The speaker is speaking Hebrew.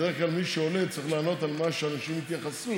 בדרך כלל מי שעונה צריך לענות על מה שאנשים התייחסו,